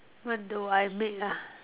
what do I make ah